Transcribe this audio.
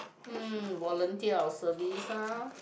mm volunteer our service ah